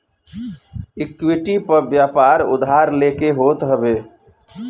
equity पअ व्यापार उधार लेके होत हवे